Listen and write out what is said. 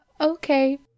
Okay